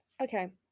Okay